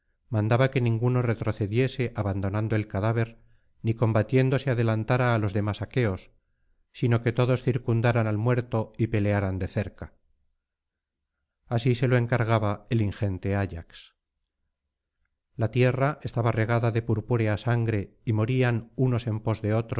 mandaba que ninguno retrocediese abandonando el cadáver ni combatiendo se adelantara á los demás aqueos sino que todos circundaran al muerto y pelearan de cerca así se lo encargaba el ingente ayax la tierra estaba regada de purpúrea sangre y morían unos en pos de